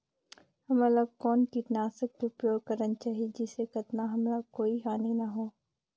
हमला कौन किटनाशक के उपयोग करन चाही जिसे कतना हमला कोई हानि न हो?